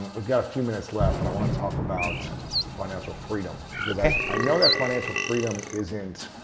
we've got a few minutes left but i want to talk about financial freedom. because i i know that financial freedom isn't